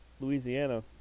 Louisiana